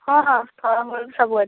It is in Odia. ହଁ ହଁ ଫଳମୂଳ ବି ସବୁ ଅଛି